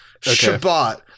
Shabbat